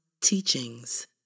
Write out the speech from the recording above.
teachings